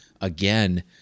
Again